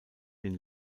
den